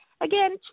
Again